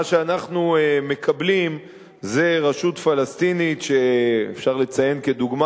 מה שאנחנו מקבלים זה רשות פלסטינית שאפשר לציין כדוגמה,